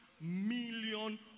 million